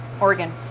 Oregon